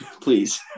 please